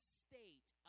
state